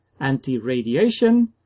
anti-radiation